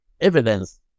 evidence